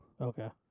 okay